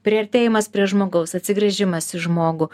priartėjimas prie žmogaus atsigręžimas į žmogų